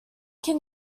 can